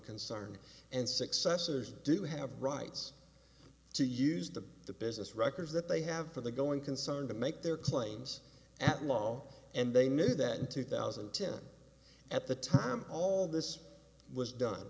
concern and successors do have rights to use them the business records that they have for the going concern to make their claims at law and they knew that in two thousand and ten at the time all this was done